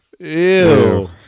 Ew